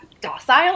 docile